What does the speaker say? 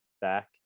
back